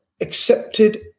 accepted